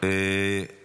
אינו נוכח,